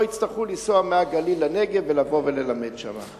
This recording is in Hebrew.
יצטרכו לנסוע מהגליל לנגב ולבוא וללמד שם.